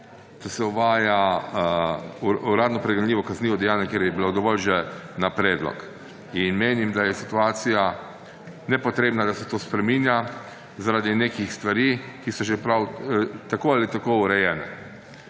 da se uvaja uradno pregonljivo kaznivo dejanje, ker je bilo dovolj že na predlog. Menim, da je situacija nepotrebna, da se to spreminja zaradi nekih stvari, ki so že tako ali tako urejene.